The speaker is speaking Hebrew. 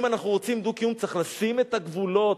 אם אנחנו רוצים דו-קיום צריך לשים את הגבולות.